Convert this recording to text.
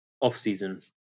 off-season